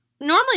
normally